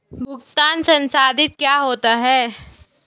भुगतान संसाधित क्या होता है?